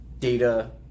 data